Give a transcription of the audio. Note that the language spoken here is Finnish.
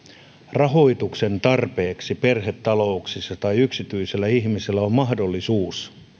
rahoitustarpeessa perhetaloudella tai yksityisellä ihmisellä on on mahdollisuus